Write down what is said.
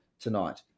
tonight